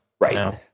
Right